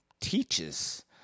teaches